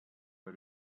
way